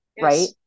right